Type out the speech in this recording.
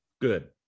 good